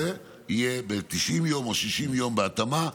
זה יהיה 90 יום או 60 יום בהתאמה,